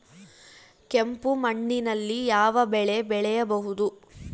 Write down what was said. ಕೆಂಪು ಮಣ್ಣಿನಲ್ಲಿ ಯಾವ ಬೆಳೆ ಬೆಳೆಯಬಹುದು?